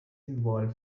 symbol